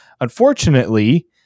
Unfortunately